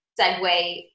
segue